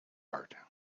art